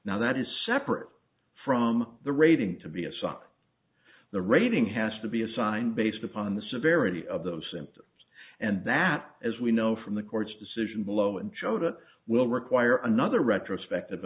now that is separate from the rating to be a sock the rating has to be assigned based upon the severity of those symptoms and that as we know from the court's decision below and showed it will require another retrospective